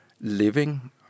living